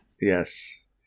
Yes